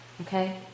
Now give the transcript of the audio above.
Okay